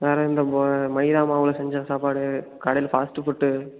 வேறு இந்த ம மைதா மாவில் செஞ்ச சாப்பாடு கடையில் ஃபாஸ்ட்டு ஃபுட்டு